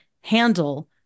handle